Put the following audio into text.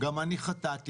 גם אני חטאתי.